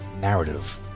narrative